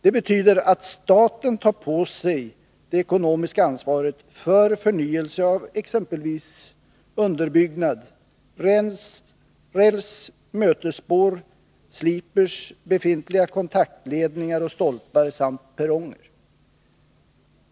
Det betyder att staten tar på sig det ekonomiska ansvaret för förnyelse av exempelvis underbyggnad, räls, mötesspår, sliprar, befintliga kontaktledningar och stolpar samt perronger.